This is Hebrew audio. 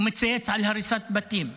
הוא מצייץ על הריסת בתים: